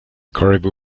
caribou